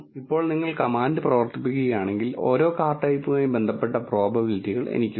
ഇപ്പോൾ നിങ്ങൾ കമാൻഡ് പ്രവർത്തിപ്പിക്കുകയാണെങ്കിൽ ഓരോ കാർ ടൈപ്പുമായും ബന്ധപ്പെട്ട പ്രോബബിലിറ്റികൾ എനിക്കുണ്ട്